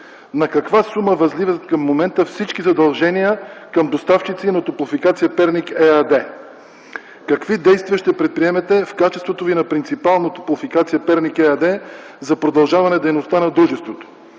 На каква сума възлизат към момента всички задължения към доставчици на „Топлофикация – Перник” ЕАД? Какви действия ще предприемете в качеството Ви на принципал на „Топлофикация – Перник” ЕАД за продължаване дейността на дружеството?